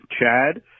Chad